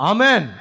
Amen